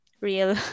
real